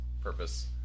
purpose